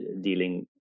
dealing